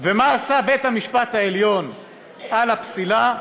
מה עשה בית-המשפט העליון לגבי הפסילה?